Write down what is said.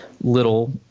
little